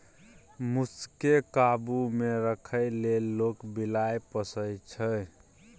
मुस केँ काबु मे राखै लेल लोक बिलाइ पोसय छै